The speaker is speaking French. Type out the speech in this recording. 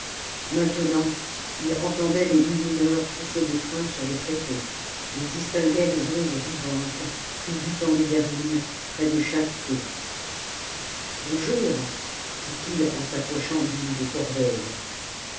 maintenant il entendait les moulineurs pousser les trains sur les tréteaux il distinguait des ombres vivantes culbutant les berlines près de chaque feu bonjour dit-il en s'approchant d'une des corbeilles